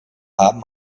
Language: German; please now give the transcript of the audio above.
haben